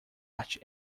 arte